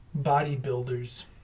bodybuilders